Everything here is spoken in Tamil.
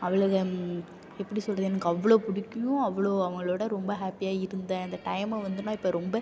அவளுங்க எப்படி சொல்கிறது எனக்கு அவ்வளோ பிடிக்கும் அவ்வளோ அவங்களோட ரொம்ப ஹாப்பியாக இருந்தேன் அந்த டைமை வந்து நான் இப்போ ரொம்ப